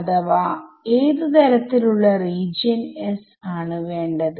അതിനാൽ ഈ ടെർമ് രണ്ട് തവണ വരും